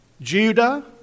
Judah